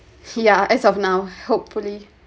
yeah as of now hopefully